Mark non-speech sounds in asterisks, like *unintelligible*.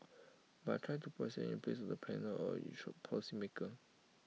but I try to put in the place of A planner or *unintelligible* policy maker